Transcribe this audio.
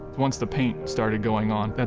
once the paint started going on, but